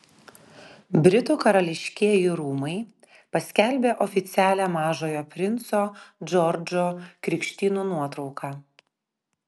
britų karališkieji rūmai paskelbė oficialią mažojo princo džordžo krikštynų nuotrauką